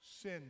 sin